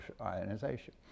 ionization